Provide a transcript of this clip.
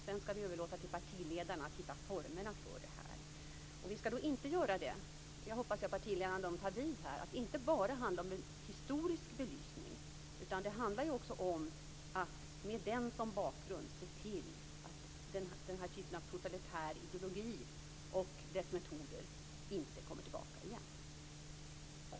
Sedan skall vi överlåta till partiledarna att hitta formerna. Jag hoppas att partiledarna är med på att det inte bara skall handla om en historisk belysning, utan även om att med en historisk belysning som bakgrund se till att den typen av totalitär ideologi och dess metoder inte kommer tillbaka igen.